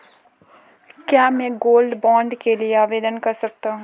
क्या मैं gold bond के लिए आवेदन कर सकता हूं?